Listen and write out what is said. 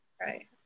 Right